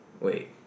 wait